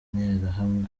interahamwe